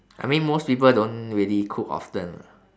I mean most people don't really cook often lah